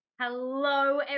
Hello